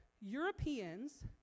Europeans